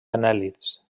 anèl·lids